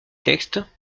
textes